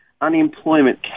unemployment